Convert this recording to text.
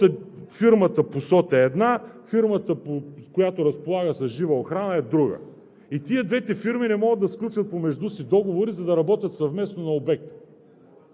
фирмата по СОТ е една, фирмата, която разполага с жива охрана, е друга, и двете фирми не могат да сключат помежду си договори, за да работят съвместно на обекта.